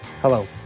Hello